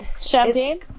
Champagne